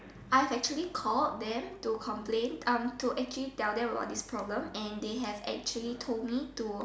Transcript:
I've actually called them to complain to actually tell them about this problem and they have actually told me to